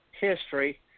history